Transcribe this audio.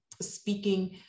speaking